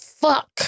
fuck